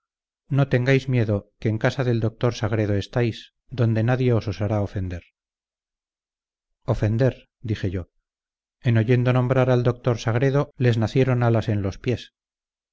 no tengáis miedo que en casa del doctor sagredo estáis donde nadie os osará ofender ofender dije yo en oyendo nombrar al doctor sagredo les nacieron alas en los pies